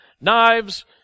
Knives